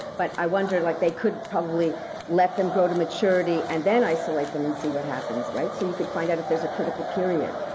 but i wonder, like they could probably let them grow to maturity and then isolate them and see what happens. so you could find out if there's a critical period.